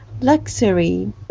Luxury